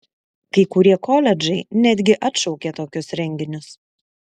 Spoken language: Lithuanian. kai kurie koledžai netgi atšaukė tokius renginius